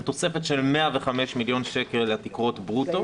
תוספת של 105 מיליון שקל לתקרות ברוטו.